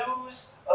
news